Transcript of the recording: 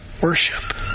worship